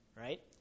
right